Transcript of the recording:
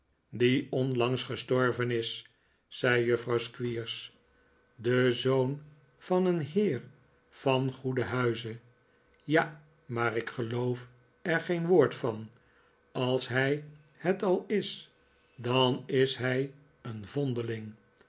die onlangs gestorven is zei juffrouw squeers de zoon van een heer van goeden huize ja maar ik geloof er geen woord van als hij het al is dan is hij een vondeling